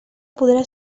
podrà